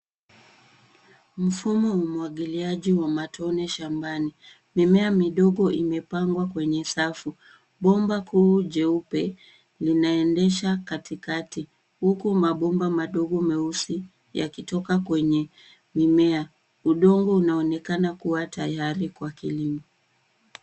Mfumo wa umwagiliaji wa matone shambani mimea midogo imepandwa kwenye safu. Bomba kuu jeupe linaendesha katikati huku mabomba madogo meusi yakitoka kwenye mimea. Udongo unaonekana kuwa tayari kwa kilimo.